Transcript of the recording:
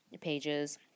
pages